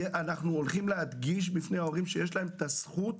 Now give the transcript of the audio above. אנחנו הולכים להדגיש בפני ההורים שיש להם הזכות?